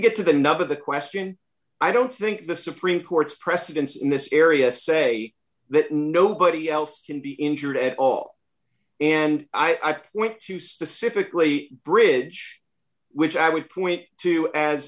get to the nub of the question i don't think the supreme court's precedents in this area say that nobody else can be injured at all and i point to specifically bridge which i would point to as